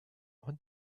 what